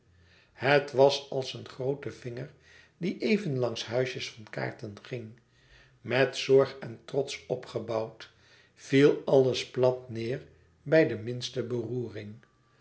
het was als een groote vinger die even langs huisjes van kaarten ging met zorg en trots opgebouwd viel alles plat neêr bij de minste beroering